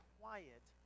quiet